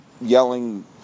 yelling